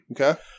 Okay